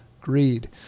greed